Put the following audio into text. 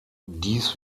dies